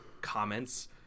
comments